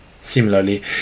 Similarly